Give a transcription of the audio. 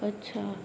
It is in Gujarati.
અચ્છા